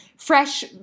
fresh